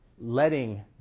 letting